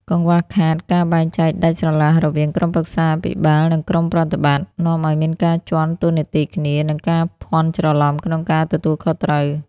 កង្វះខាតការបែងចែកដាច់ស្រឡះរវាង "ក្រុមប្រឹក្សាភិបាល" និង "ក្រុមប្រតិបត្តិ" នាំឱ្យមានការជាន់តួនាទីគ្នា និងការភាន់ច្រឡំក្នុងការទទួលខុសត្រូវ។